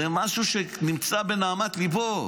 זה משהו שנמצא בנהמת ליבו.